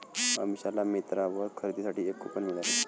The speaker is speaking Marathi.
अमिषाला मिंत्रावर खरेदीसाठी एक कूपन मिळाले